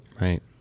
Right